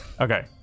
okay